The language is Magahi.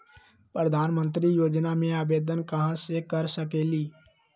प्रधानमंत्री योजना में आवेदन कहा से कर सकेली?